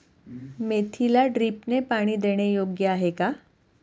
मेथीला ड्रिपने पाणी देणे योग्य आहे का?